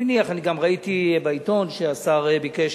ראיתי בעיתון שהשר ביקש